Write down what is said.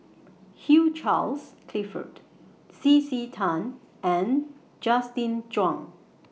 Hugh Charles Clifford C C Tan and Justin Zhuang